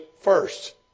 first